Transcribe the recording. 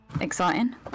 Exciting